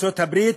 ארצות הברית,